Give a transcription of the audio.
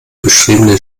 beschriebene